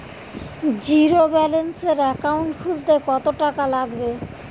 জিরোব্যেলেন্সের একাউন্ট খুলতে কত টাকা লাগবে?